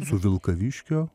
su vilkaviškio